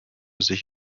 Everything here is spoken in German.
sich